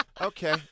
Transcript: Okay